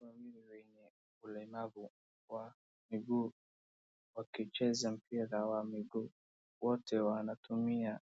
Wawili wenye ulemavu wa miguu wakicheza mpira wa miguu, wote wanatumia